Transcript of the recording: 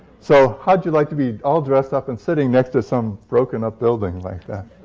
so how'd you like to be all dressed up and sitting next to some broken-up building like that?